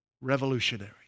Revolutionary